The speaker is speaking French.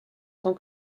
tant